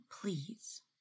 Please